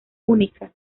única